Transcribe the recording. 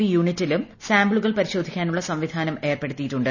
V യുണിറ്റിലും സാമ്പിളുകൾ പരിശോധിക്കാനുള്ള സംവിധാനം ഏർപ്പെടുത്തിയിട്ടുണ്ട്